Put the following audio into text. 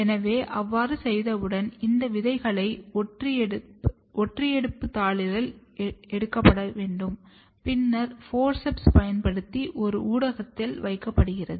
எனவே அவ்வாறு செய்தவுடன் இந்த விதைகள் ஒற்றியெடுப்பு தாளில் எடுக்கப்பட்டு பின்னர் ஃபோர்செப்ஸைப் பயன்படுத்தி ஒரு ஊடகத்தில் வைக்கப்படுகின்றன